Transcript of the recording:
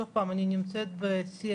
שוב פעם, אני נמצאת בשיח